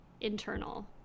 internal